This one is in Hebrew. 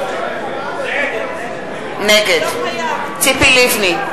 נגד ציפי לבני,